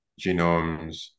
genomes